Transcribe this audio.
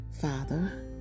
Father